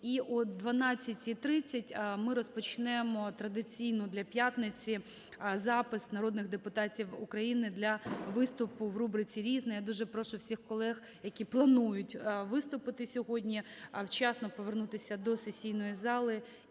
і о 12:30 ми розпочнемо традиційний для п'ятниці запис народних депутатів України для виступу в рубриці "Різне". Я дуже прошу всіх колег, які планують виступити сьогодні, вчасно повернутися до сесійної зали